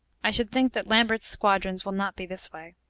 i should think that lambert's squadrons will not be this way.